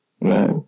Right